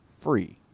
free